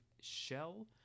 Shell